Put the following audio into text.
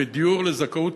בדיור לזכאות